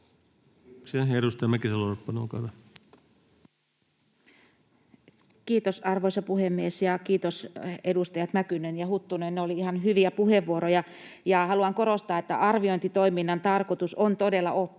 Kiitos, arvoisa puhemies! Kiitos edustajat Mäkynen ja Huttunen — ne olivat ihan hyviä puheenvuoroja. — Haluan korostaa, että arviointitoiminnan tarkoitus on todella oppia,